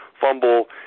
fumble